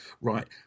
right